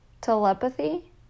telepathy